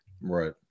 Right